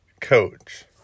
coach